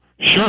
Sure